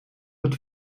het